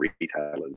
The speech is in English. retailers